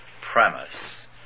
premise